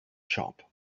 shop